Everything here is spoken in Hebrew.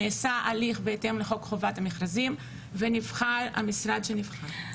נעשה הליך בהתאם לחוק חובת המכרזים ונבחר המשרד שנבחר.